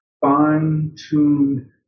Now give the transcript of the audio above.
fine-tuned